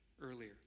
Earlier